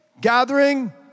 gathering